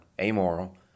amoral